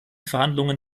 verhandlungen